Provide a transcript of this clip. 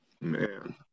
Man